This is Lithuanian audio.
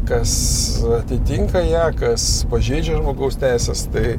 kas atitinka ją kas pažeidžia žmogaus teises tai